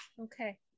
okay